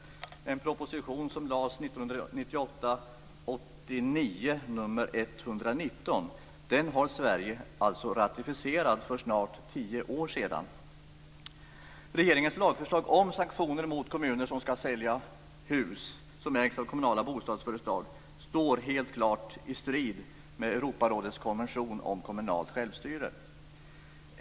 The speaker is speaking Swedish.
Denna Europarådskonvention ratificerade alltså Sverige för snart tio år sedan. Regeringens lagförslag om sanktioner mot kommuner som skall sälja hus som ägs av kommunala bostadsföretag står helt klart i strid med Europarådets konvention om kommunalt självstyre.